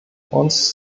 uns